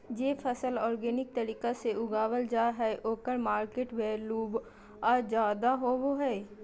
जे फसल ऑर्गेनिक तरीका से उगावल जा हइ ओकर मार्केट वैल्यूआ ज्यादा रहो हइ